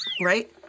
Right